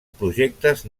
projectes